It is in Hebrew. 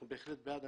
אנחנו בהחלט בעד.